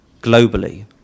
globally